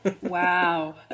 Wow